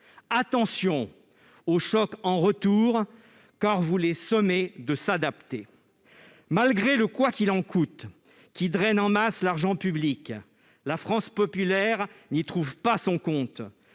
Attention au choc en retour, car vous les sommez de s'adapter ! Malgré le « quoi qu'il en coûte », qui draine en masse l'argent public, la France populaire n'y trouve pas son compte.